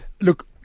look